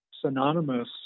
synonymous